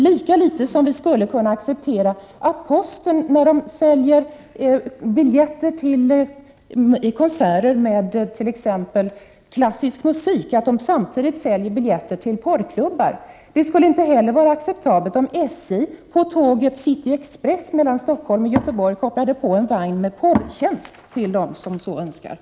Lika litet skulle det vara acceptabelt om posten, som säljer biljetter till konserter med klassisk musik, också skulle sälja biljetter till porrklubbar eller om SJ på tåget City Express mellan Göteborg och Stockholm kopplade på en vagn med porrtjänster till dem som så önskade.